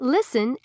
Listen